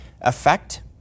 effect